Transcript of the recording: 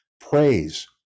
praise